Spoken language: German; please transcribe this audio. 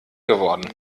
geworden